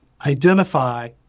identify